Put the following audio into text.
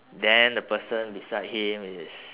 then the person beside him is